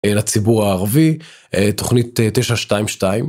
לציבור הערבי תוכנית תשע שתיים שתיים.